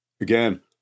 Again